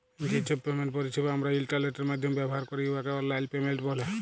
যে ছব পেমেন্ট পরিছেবা আমরা ইলটারলেটের মাইধ্যমে ব্যাভার ক্যরি উয়াকে অললাইল পেমেল্ট ব্যলে